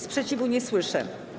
Sprzeciwu nie słyszę.